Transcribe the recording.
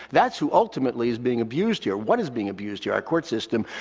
that's who ultimately is being abused here. what is being abused here? our court system.